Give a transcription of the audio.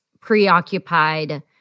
preoccupied